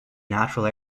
natural